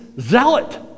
zealot